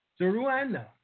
Zeruana